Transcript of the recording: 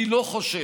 אני לא חושב,